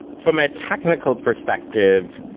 from a technical perspective,